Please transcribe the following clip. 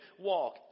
walk